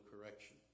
correction